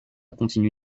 continue